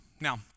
Now